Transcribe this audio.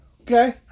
Okay